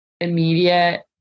immediate